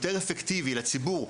יהיה יותר אפקטיבי לציבור,